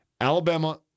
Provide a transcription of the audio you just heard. Alabama